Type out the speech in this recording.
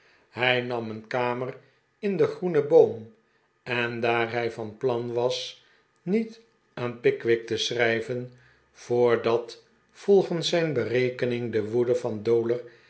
hij nam een kamer in de g'roene boom en daar hij van plan was niet aan pickwick te schrijven voor dat vol gens zijn be r ekening de woede van dowler